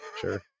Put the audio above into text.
sure